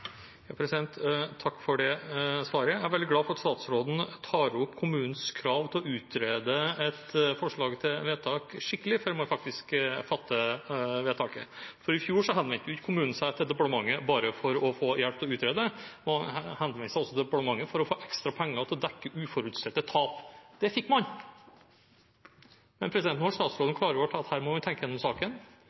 Takk for det svaret. Jeg er veldig glad for at statsråden tar opp kravet til kommunen om å utrede et forslag til vedtak skikkelig før man faktisk fatter vedtaket, for i fjor henvendte ikke kommunen seg til departementet bare for å få hjelp til å utrede, man henvendte seg også til departementet for å få ekstra penger til å dekke uforutsette tap. Det fikk man. Nå har statsråden klargjort at her må man tenke gjennom saken.